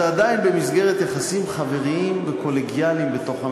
זה עדיין במסגרת יחסים חבריים וקולגיאליים בתוך הממשלה.